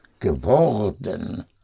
geworden